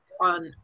on